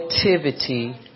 activity